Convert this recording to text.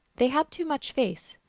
they had too much face.